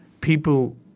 people—